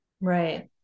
Right